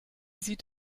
sieht